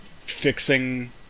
fixing